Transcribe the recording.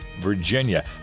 Virginia